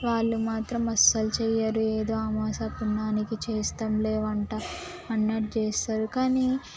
వాళ్ళు మాత్రం అస్సలు చేయరు ఏదో అమావాస్య పున్నమికి చేస్తాములే వంట అన్నట్టు చేస్తారు కానీ